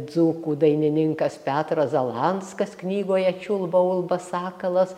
dzūkų dainininkas petras zalanskas knygoje čiulba ulba sakalas